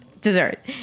Dessert